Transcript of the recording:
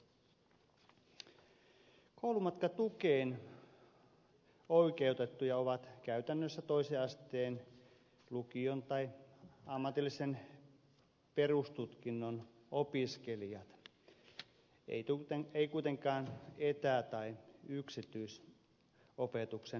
koulumatkatukeen oikeutettuja ovat käytännössä toisen asteen lukion tai ammatillisen perustutkinnon opiskelijat eivät kuitenkaan etä tai yksityisopetuksen opiskelijat